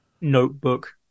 Notebook